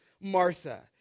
Martha